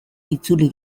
itzuli